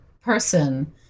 person